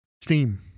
Steam